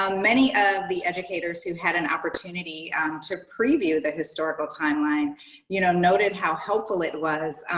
um many of the educators who had an opportunity to preview the historical timeline you know noted how helpful it was,